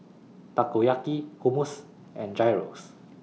Takoyaki Hummus and Gyros